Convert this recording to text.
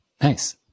Nice